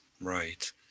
Right